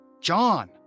john